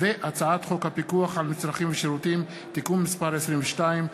הצעת חוק הפיקוח על מצרכים ושירותים (תיקון מס' 22),